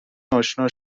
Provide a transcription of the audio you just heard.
اشنا